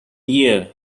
year